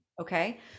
Okay